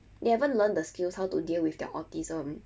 they haven't learn the skills how to deal with their autism